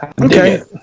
okay